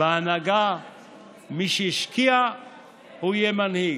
בהנהגה מי שהשקיע הוא יהיה מנהיג.